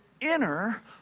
inner